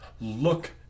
look